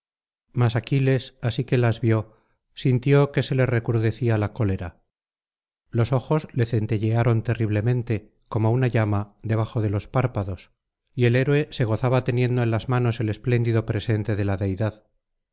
mas aquiles así que las vio sintió que se le recrudecía la cólera los ojos le centellearon terriblemente como una llama debajo de los párpados y el héroe se gozaba teniendo en las manos el espléndido presente de la deidad